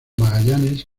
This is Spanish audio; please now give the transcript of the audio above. magallanes